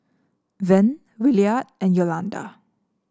Vern Williard and Yolanda